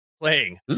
playing